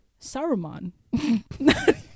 Saruman